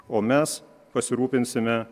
o mes pasirūpinsime